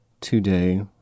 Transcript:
today